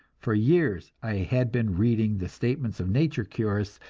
for years i had been reading the statements of nature curists,